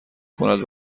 کند